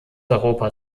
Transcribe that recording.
europa